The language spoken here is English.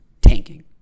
tanking